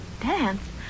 Dance